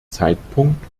zeitpunkt